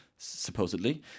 supposedly